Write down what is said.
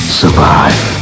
survive